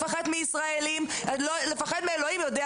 לפחד מישראלים ולפחד מאלוקים הוא יותר